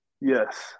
Yes